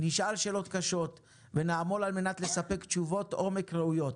נשאל שאלות קשות ונעמול על מנת לספק תשובות עומק ראויות.